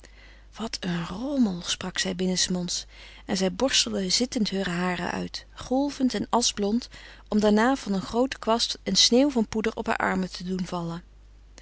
wat een rommel sprak zij binnensmonds en zij borstelde zittend heure haren uit golvend en aschblond om daarna van een grooten kwast een sneeuw van poeder op haar armen te doen vallen